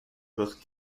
portes